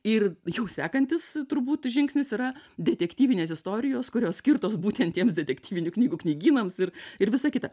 ir jų sekantis turbūt žingsnis yra detektyvinės istorijos kurios skirtos būtent tiems detektyvinių knygų knygynams ir ir visa kita